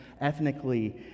ethnically